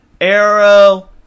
Arrow